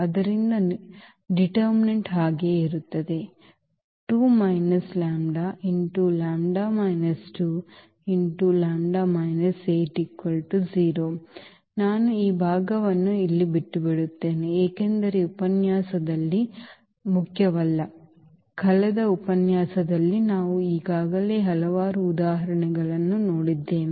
ಆದ್ದರಿಂದ ನಿರ್ಣಾಯಕವು ಹಾಗೆ ಇರುತ್ತದೆ ನಾನು ಈ ಭಾಗವನ್ನು ಇಲ್ಲಿ ಬಿಟ್ಟುಬಿಡುತ್ತೇನೆ ಏಕೆಂದರೆ ಈ ಉಪನ್ಯಾಸದಲ್ಲಿ ಮುಖ್ಯವಲ್ಲ ಕಳೆದ ಉಪನ್ಯಾಸದಲ್ಲಿ ನಾವು ಈಗಾಗಲೇ ಹಲವಾರು ಉದಾಹರಣೆಗಳನ್ನು ನೋಡಿದ್ದೇವೆ